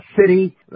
city